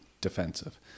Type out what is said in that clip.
defensive